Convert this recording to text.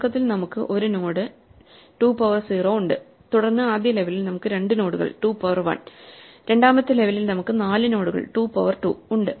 തുടക്കത്തിൽ നമുക്ക് 1 node two power 0 ഉണ്ട് തുടർന്ന് ആദ്യ ലെവലിൽ നമുക്ക് 2 നോഡുകൾ 2പവർ 1 രണ്ടാമത്തെ ലെവലിൽ നമുക്ക് 4 നോഡുകൾ 2 പവർ 2 ഉണ്ട്